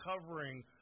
covering